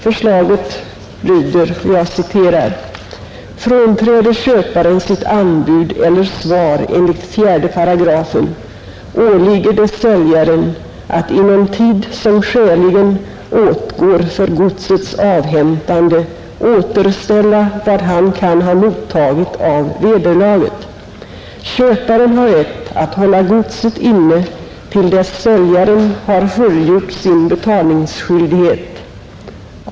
Första stycket i paragrafen lyder så: ”5 § Frånträder köparen sitt anbud eller svar enligt 4 §, åligger det säljaren att inom tid som skäligen åtgår för godsets avhämtande återställa vad han kan ha mottagit av vederlaget. Köparen har rätt att hålla godset inne till dess säljaren har fullgjort sin betalningsskyldighet.